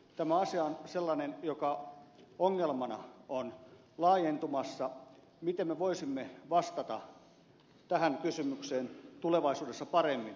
tämä asia on sellainen joka ongelmana on laajentumassa miten me voisimme vastata tähän kysymykseen tulevaisuudessa paremmin